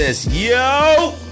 Yo